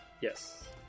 Yes